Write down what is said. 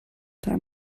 time